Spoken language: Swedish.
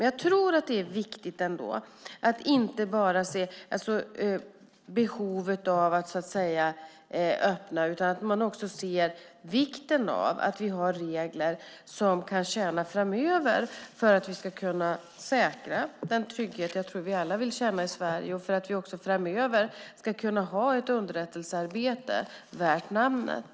Jag tror att det är viktigt att se inte bara behovet av att öppna utan också vikten av att vi har regler som kan tjäna framöver för att vi ska kunna säkra den trygghet jag tror att vi alla vill känna i Sverige och för att vi framöver ska kunna ha ett underrättelsearbete värt namnet.